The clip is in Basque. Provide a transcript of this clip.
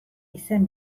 izen